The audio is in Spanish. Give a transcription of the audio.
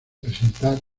presentar